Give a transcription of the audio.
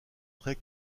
très